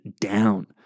down